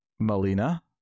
Melina